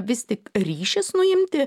vis tik ryšis nuimti